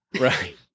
Right